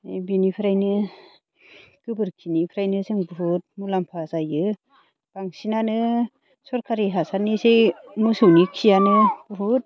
बिनिफ्रायनो गोबोरखिनिफ्रायनो जों बुहुद मुलाम्फा जायो बांसिनानो सरखारि हासारनिसाय मोसौनि खियानो बुहुद